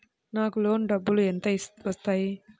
నాకు లోన్ డబ్బులు ఎంత వస్తాయి?